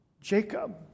Jacob